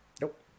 Nope